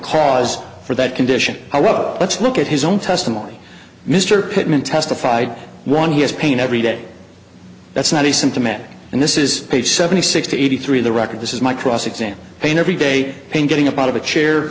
cause for that condition i well let's look at his own testimony mr pittman testified one he has pain every day that's not a symptomatic and this is a seventy six to eighty three the record this is my cross exam pain every day pain getting up out of a chair